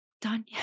done